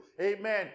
amen